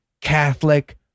Catholic